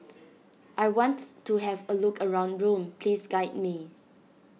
I want to have a look around Rome please guide me